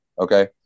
Okay